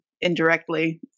indirectly